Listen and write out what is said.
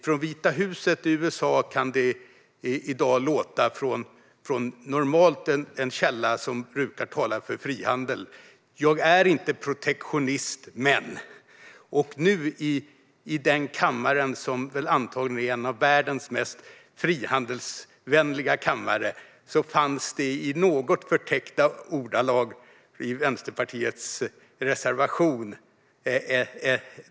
Från Vita huset i USA kan det från en källa som normalt brukar tala för frihandel i dag låta så här: "Jag är inte protektionist, men." Och nu i den kammare som antagligen är en av världens mest frihandelsvänliga kammare fanns detta i något förtäckta ordalag i Vänsterpartiets reservation.